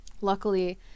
Luckily